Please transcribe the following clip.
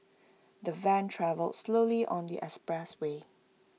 the van travelled slowly on the expressway